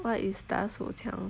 what is 打手枪